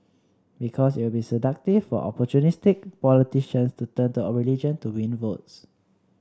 because it will be seductive for opportunistic politicians to turn to religion to win votes